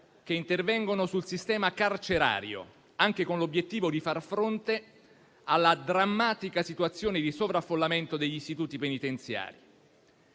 che intervengono sul sistema carcerario, anche con l'obiettivo di far fronte alla drammatica situazione di sovraffollamento degli istituti penitenziari.